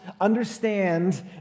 understand